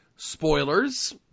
Spoilers